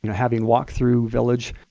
you know having walked through village